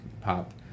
pop